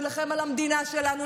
נילחם על המדינה שלנו,